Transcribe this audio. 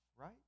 right